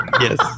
yes